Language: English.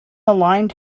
aligned